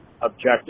objective